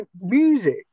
music